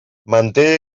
manté